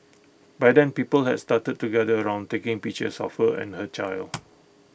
by then people has started to gather around taking pictures of her and her child